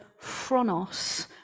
phronos